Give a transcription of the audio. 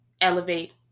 elevate